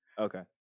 okay